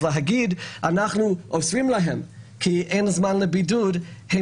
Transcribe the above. אז להגיד שאוסרים עליהם כי אין זמן לבידוד הם